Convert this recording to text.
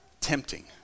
tempting